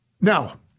Now